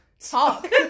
Talk